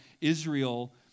Israel